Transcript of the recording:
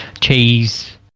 Cheese